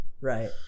Right